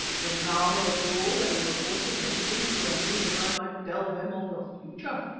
yet an hour ago they were forcing their shillings on me that i might tell them of the future.